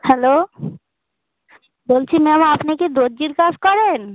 hello বলছি ma'am আপনি কি দর্জির কাজ করেন